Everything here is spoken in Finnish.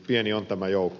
pieni on tämä joukko